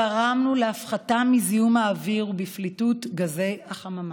גרמנו להפחתה בזיהום האוויר ובפליטות גזי חממה.